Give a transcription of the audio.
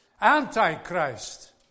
Antichrist